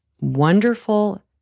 wonderful